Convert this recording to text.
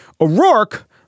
O'Rourke